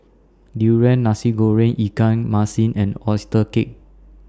Durian Nasi Goreng Ikan Masin and Oyster Cake